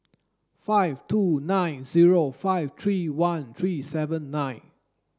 five two nine zero five three one three seven nine